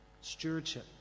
Stewardship